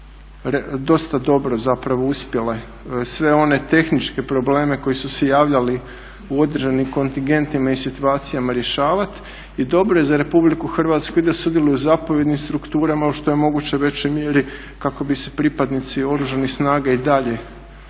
dosta dobro uspjele sve one tehničke probleme koji su se javljali u određenim kontingentima i situacijama rješavati. I dobro je za RH da sudjeluje i u zapovjednim strukturama što je u mogućoj većoj mjeri kako bi se pripadnici oružanih snaga i dalje